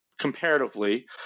comparatively